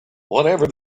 whatever